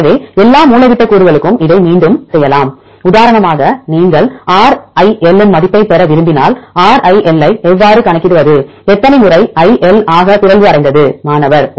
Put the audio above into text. எனவே எல்லா மூலைவிட்டகூறுகளுக்கும் இதை மீண்டும் செய்யலாம் உதாரணமாக நீங்கள் RIL இன் மதிப்பைப் பெற விரும்பினால் RIL ஐ எவ்வாறு கணக்கிடுவது எத்தனை முறை I L ஆக பிறழ்வு அடைந்தது மாணவர் 1